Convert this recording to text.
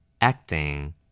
Acting